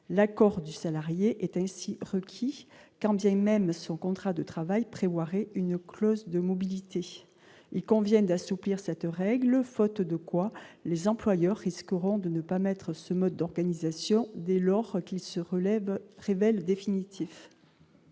l'accord du salarié est ainsi requis, quand bien même son contrat de travail prévoirait une clause de mobilité, ils conviennent d'assouplir cette règle, faute de quoi les employeurs risqueront de ne pas mettre ce mode d'organisation, dès lors qu'il se relève révèle définitif.